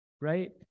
right